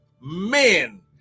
men